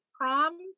Prom